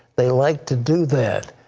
they like to do that.